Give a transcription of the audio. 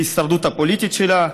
בהישרדות הפוליטית שלה,